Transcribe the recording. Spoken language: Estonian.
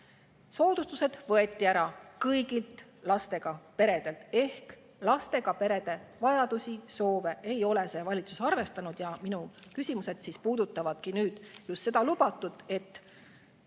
Soodustused võeti ära kõigilt lastega peredelt ehk lastega perede vajadusi ega soove ei ole see valitsus arvestanud. Minu küsimused puudutavadki just seda lubatut, et